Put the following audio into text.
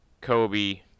Kobe